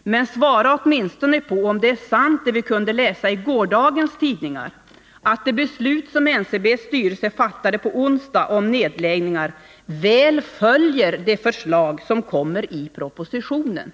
Men svara åtminstone på om det som vi kunde läsa i gårdagens tidningar är sant, nämligen att det beslut som NCB:s styrelse fattade i onsdags om nedläggningar väl följer det förslag som kommer i propositionen.